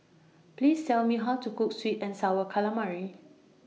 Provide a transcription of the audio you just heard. Please Tell Me How to Cook Sweet and Sour Calamari